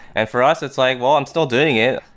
and for us it's like, well, i'm still doing it,